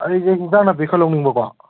ꯑꯩꯁꯦ ꯑꯦꯟꯁꯥꯡ ꯅꯥꯄꯤ ꯈꯔ ꯂꯧꯅꯤꯡꯕꯀꯣ